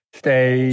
stay